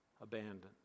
abandoned